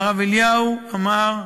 והרב אליהו אמר,